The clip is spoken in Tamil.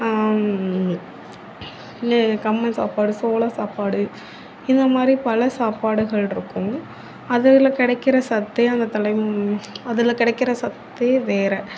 கம்மஞ்சாப்பாடு சோள சாப்பாடு இந்தமாதிரி பல சாப்பாடுகள் இருக்கும் அதில் கிடைக்கிற சத்தே அந்த தலை அதில் கிடைக்கிற சத்தே வேறு